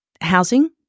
housing